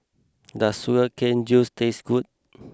does Sugar Cane Juice taste good